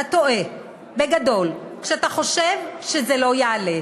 אתה טועה בגדול כשאתה חושב שזה לא יעלה.